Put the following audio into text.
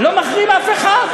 לא מחרים אף אחד.